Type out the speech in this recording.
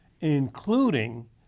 including